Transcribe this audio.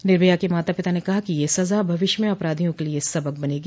निर्भया के माता पिता ने कहा कि यह सजा भविष्य में अपराधियों के लिए सबक बनेगी